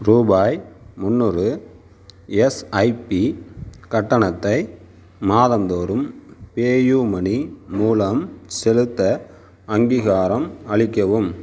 ரூபாய் முந்நூறு எஸ்ஐபி கட்டணத்தை மாதந்தோறும் பேயூமணி மூலம் செலுத்த அங்கீகாரம் அளிக்கவும்